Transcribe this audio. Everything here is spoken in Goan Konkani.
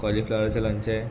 कॉलीफ्लावरचें लोणचें